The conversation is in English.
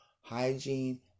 Hygiene